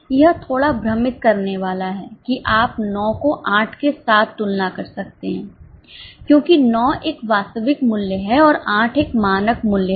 यह थोड़ा भ्रमित करने वाला है कि आप 9 को 8 के साथ तुलना कर सकते हैं क्योंकि 9 एक वास्तविक मूल्य है और 8 एक मानक मूल्य है